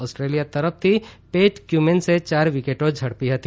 Australia તરફથી Pat ક્યુમીન્સે ચાર વિકેટો ઝડપી હતી